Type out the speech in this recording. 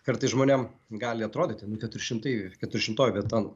kartais žmonėm gali atrodyti nu keturi šimtai keturišimtoji vieta